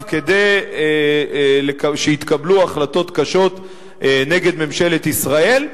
כדי שיתקבלו החלטות קשות נגד ממשלת ישראל.